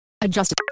adjust